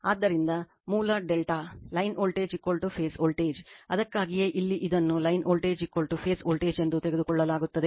ಆದ್ದರಿಂದ ಮೂಲ ∆ line voltage phase voltage ಅದಕ್ಕಾಗಿಯೇ ಇಲ್ಲಿ ಇದನ್ನು ಲೈನ್ ವೋಲ್ಟೇಜ್ ಫೇಸ್ ವೋಲ್ಟೇಜ್ ಎಂದು ತೆಗೆದುಕೊಳ್ಳಲಾಗುತ್ತದೆ